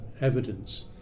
evidence